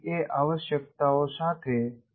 એ આવશ્યકતાઓ સાથે ગોઠવણીમાં ડિઝાઇન કરી શકાય